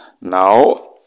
Now